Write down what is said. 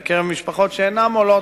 בקרב משפחות שאינן עובדות,